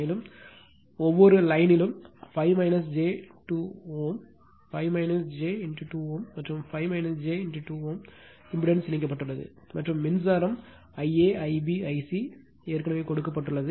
மேலும் ஒவ்வொரு லைன்யிலும் 5 j 2 Ω 5 j 2 Ω மற்றும் 5 j 2 Ω இம்பிடன்ஸ் இணைக்கப்பட்டுள்ளது மற்றும் மின்சாரம் Ia Ib I c ஏற்கனவே கொடுக்கப்பட்டுள்ளது